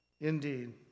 Indeed